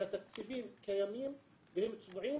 שהתקציבים קיימים והם צבועים